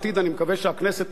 אני מקווה שהכנסת תוכל,